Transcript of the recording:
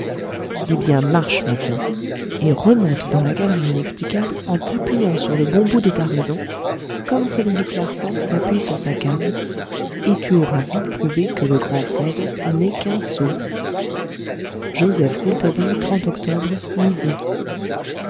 eh bien marche maintenant et remonte dans la galerie inexplicable en t'appuyant sur le bon bout de ta raison comme frédéric larsan s'appuie sur sa canne et tu auras vite prouvé que le grand fred n'est qu'un sot octobre midi